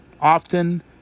often